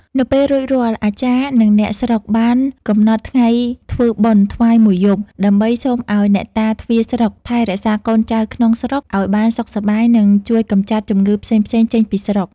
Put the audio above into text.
នៅពេលរួចរាល់អាចារ្យនិងអ្នកស្រុកបានកំណត់ថ្ងៃធ្វើបុណ្យថ្វាយមួយយប់ ដើម្បីសូមឲ្យអ្នកតាទ្វារស្រុកថែរក្សាកូនចៅក្នុងស្រុកឲ្យបានសុខសប្បាយ និងជួយកម្ចាត់ជំងឺផ្សេងៗចេញពីស្រុក ។